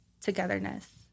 togetherness